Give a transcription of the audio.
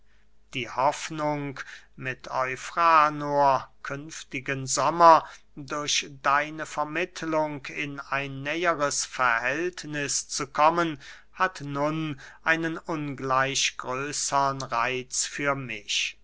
die hoffnung mit eufranor künftigen sommer durch deine vermittlung in ein näheres verhältniß zu kommen hat nun einen ungleich größern reitz für mich